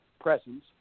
presence